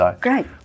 Great